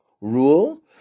rule